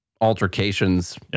altercations